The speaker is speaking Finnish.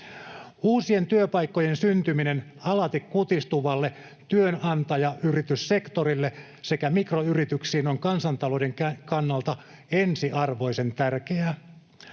Uusien työpaikkojen syntyminen alati kutistuvalle työnantajayrityssektorille sekä mikroyrityksiin on kansantalouden kannalta ensiarvoisen tärkeää.